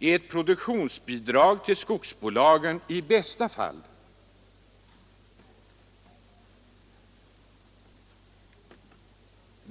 är ett produktionsbidrag till skogsbolagen — i bästa fall.